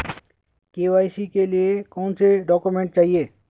KYC के लिए कौनसे डॉक्यूमेंट चाहिये?